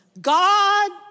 God